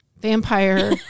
vampire